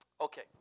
Okay